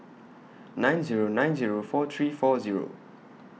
nine Zero nine Zero four three four Zero